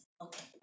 Okay